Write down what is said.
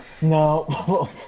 No